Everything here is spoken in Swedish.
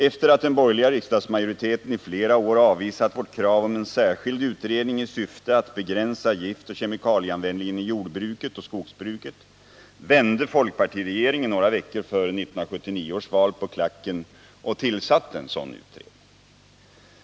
Efter det att den borgerliga riksdagsmajoriteten i flera år avvisat vårt krav om en särskild utredning i syfte att begränsa giftoch kemikalieanvändningen i jordbruket och skogsbruket, vände folkpartiregeringen några veckor före 1979 års val på klacken och tillsatte en sådan utredning.